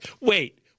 Wait